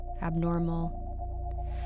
abnormal